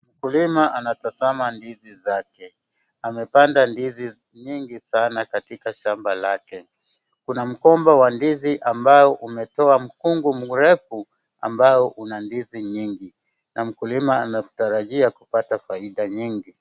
Mkulima anatazama ndizi zake amepanda ndizi mingi sana katika shamba lake. Kuna mgomba wa ndizi ambao umetoa mkungu mrefu ambayo una ndizi nyingi. Na mkulimaa anatarajia kupata faida nyingi.